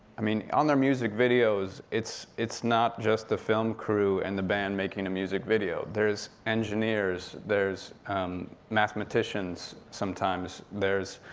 i mean, on their music videos, it's it's not just the film crew, and the band making a music video. there is engineers, there's mathematicians, sometimes. there's